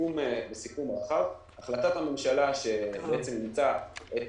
בסיכום רחב, החלטת הממשלה שאימצה את